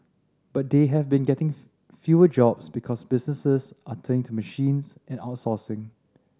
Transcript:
but they have been getting fewer jobs because businesses are turning to machines and outsourcing